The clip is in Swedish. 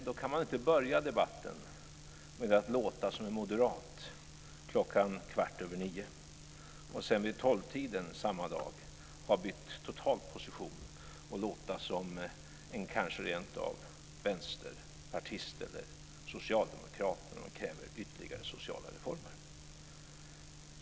Då kan man inte börja debatten kvart över nio med att låta som en moderat och sedan vid 12-tiden samma dag totalt ha bytt position och låta kanske rent av som en vänsterpartist eller socialdemokrat när man kräver ytterligare sociala reformer.